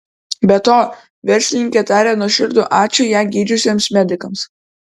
be to verslininkė taria nuoširdų ačiū ją gydžiusiems medikams